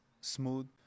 smooth